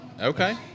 Okay